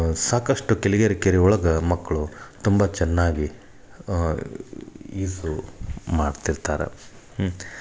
ಸಾಕಷ್ಟು ಕೆಳ್ಗೆರೆ ಕೆರೆಯೊಳ್ಗೆ ಮಕ್ಕಳು ತುಂಬ ಚೆನ್ನಾಗಿ ಈಜು ಮಾಡ್ತಿರ್ತಾರೆ ಹ್ಞೂ